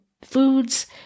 Foods